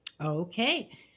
Okay